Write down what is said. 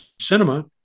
cinema